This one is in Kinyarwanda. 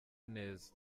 neza